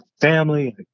family